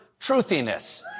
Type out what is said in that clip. truthiness